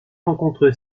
rencontre